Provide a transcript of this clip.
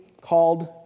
called